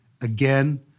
again